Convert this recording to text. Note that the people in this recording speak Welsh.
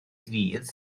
ddydd